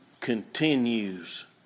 continues